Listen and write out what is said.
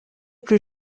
plus